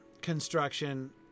construction